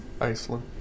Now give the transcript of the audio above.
Iceland